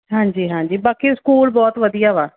ਹਾਂਜੀ ਹਾਂਜੀ ਬਾਕੀ ਸਕੂਲ ਬਹੁਤ ਵਧੀਆ ਵਾ